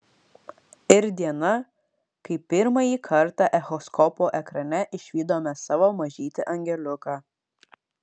ir diena kai pirmąjį kartą echoskopo ekrane išvydome savo mažytį angeliuką